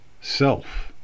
self